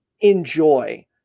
enjoy